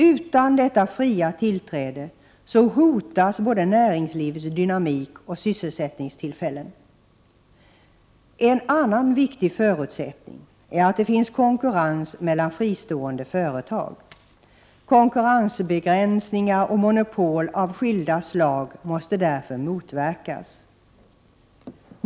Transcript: Utan detta fria tillträde hotas både näringslivets dynamik och sysselsättningstillfällen. En annan viktig förutsättning är att det finns konkurrens mellan fristående företag. Konkurrensbegränsningar och monopol av skilda slag måste därför motverkas.